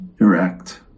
erect